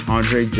Andre